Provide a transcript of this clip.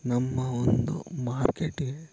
ನಮ್ಮ ಒಂದು ಮಾರ್ಕೆಟ್ಗೆ